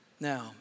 Now